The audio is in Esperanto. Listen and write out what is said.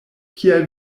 kial